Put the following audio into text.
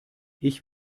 ich